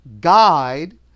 guide